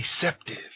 deceptive